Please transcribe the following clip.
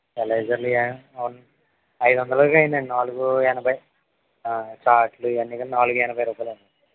ఎరేజర్లు ఎ ఐదు వందలకి అయ్యిందండి నాలుగు ఎనభై చార్ట్లు ఇవన్నీ కలిపి నాలుగు ఎనభై రూపాయలు